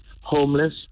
homeless